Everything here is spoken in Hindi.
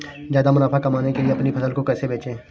ज्यादा मुनाफा कमाने के लिए अपनी फसल को कैसे बेचें?